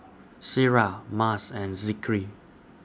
Syirah Mas and Zikri